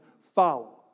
follow